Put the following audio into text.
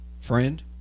friend